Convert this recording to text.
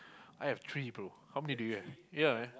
I have three bro how many do you have ya